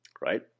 right